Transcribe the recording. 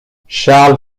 charles